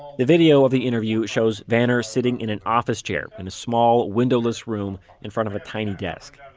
the video of the interview shows vanner sitting in an office chair in a small windowless room in front of a tiny desk.